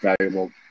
valuable